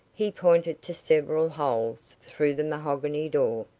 he pointed to several holes through the mahogany door,